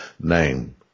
name